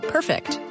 Perfect